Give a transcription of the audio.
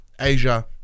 Asia